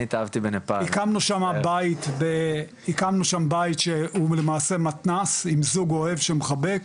הקמנו שם בית שהוא למעשה מתנ"ס עם זוג אוהב שמחבק,